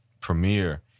premiere